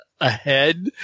ahead